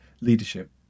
leadership